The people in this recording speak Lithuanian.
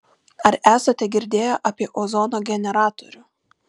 ar esate girdėję apie ozono generatorių